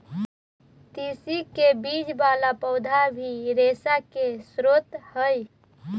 तिस्सी के बीज वाला पौधा भी रेशा के स्रोत हई